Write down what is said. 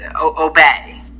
obey